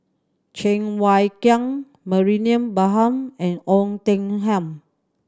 Cheng Wai Keung Mariam Baharom and Oei Tiong Ham